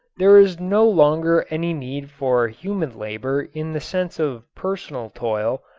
there is no longer any need for human labor in the sense of personal toil,